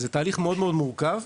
זה תהליך מאוד מורכב,